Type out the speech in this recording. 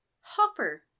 Hopper